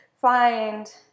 Find